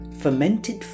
Fermented